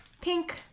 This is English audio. pink